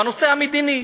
בנושא המדיני